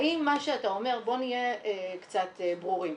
בוא נהיה קצת ברורים,